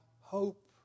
hope